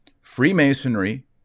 Freemasonry